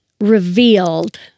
revealed